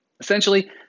Essentially